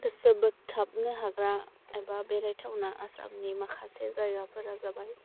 गोसो बोगथाबनो हाग्रा एबा बेरायथावना आसामनि माखासे जायगाफोरा जाबाय